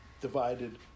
divided